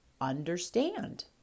understand